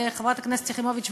וחברת הכנסת יחימוביץ,